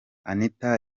anitha